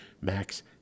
Max